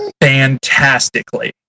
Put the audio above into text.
fantastically